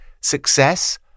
Success